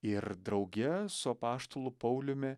ir drauge su apaštalu pauliumi